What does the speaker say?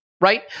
right